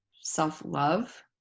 self-love